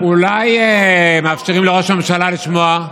אולי יאפשרו לראש הממשלה לשמוע?